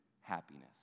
happiness